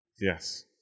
Yes